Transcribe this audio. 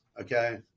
Okay